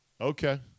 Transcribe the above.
Okay